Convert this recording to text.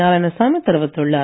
நாராயணசாமி தெரிவித்துள்ளார்